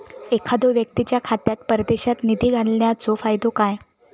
एखादो व्यक्तीच्या खात्यात परदेशात निधी घालन्याचो फायदो काय?